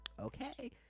Okay